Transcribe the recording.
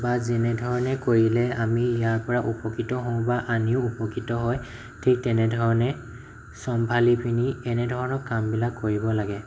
বা যেনেধৰণে কৰিলে আমি ইয়াৰ পৰা উপকৃত হওঁ বা আনেও উপকৃত হয় ঠিক তেনেধৰণে চম্ভালিপিনি এনেধৰণৰ কামবিলাক কৰিব লাগে